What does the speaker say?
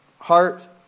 heart